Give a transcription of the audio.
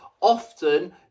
often